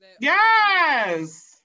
Yes